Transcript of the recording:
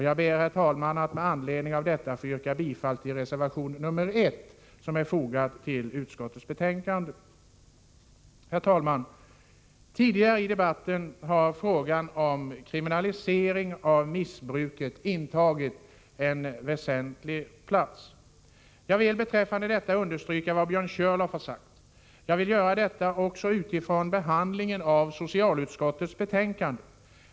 Jag ber, herr talman, att med anledning av detta få yrka bifall till reservation 1, som är fogad till utskottets betänkande. Herr talman! Tidigare under debatten har frågan om kriminalisering av missbruket intagit en central plats. Jag vill beträffande detta understryka vad Björn Körlof har sagt. Jag vill göra detta även utifrån behandlingen av socialutskottets betänkande.